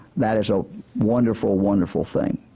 that is a wonderful wonderful thing.